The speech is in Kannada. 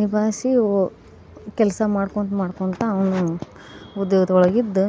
ನಿಭಾಯಿಸಿ ಓ ಕೆಲಸ ಮಾಡ್ಕೊಂತ ಮಾಡ್ಕೊಂತ ಅವನು ಉದ್ಯೋಗದೊಳಗಿದ್ದು